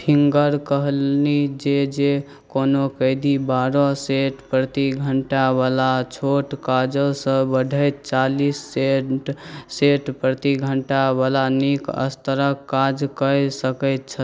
finger कहलनि जे जे कोनो कैदी बारह सेट प्रति घण्टावला छोट काजसँ बढ़ैत चालिस सेट प्रति घण्टावला नीक स्तरके काज कऽ सकै छै